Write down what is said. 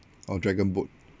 oh dragon boat